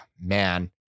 man